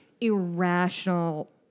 irrational